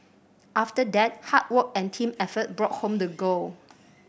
after that hard work and team effort brought home the gold